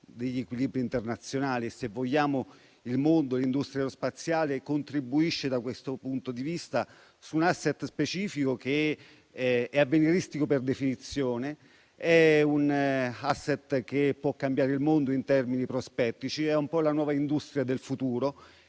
negli equilibri internazionali - se vogliamo, il mondo e l'industria spaziale contribuisce, da questo punto di vista - su un *asset* specifico che è avveniristico per definizione; è un *asset* che può cambiare il mondo in termini prospettici. È un po' la nuova industria del futuro